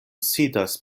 sidas